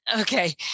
Okay